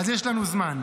אז יש לנו זמן,